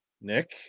Nick